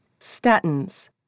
Statins